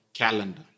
Calendar